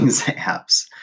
apps